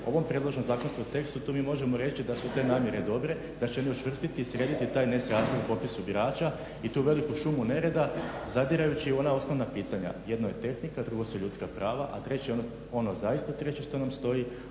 ovom predloženom zakonskom tekstu tu mi možemo reći da su te namjere dobre, da će one učvrstiti i sredit taj nesrazmjer u popisu birača i tu veliku šumu nereda zadirući u ona osnovna pitanja, jedno je tehnika, drugo su ljudska prava, a treće ono zaista treće što nam stoji,